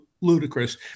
ludicrous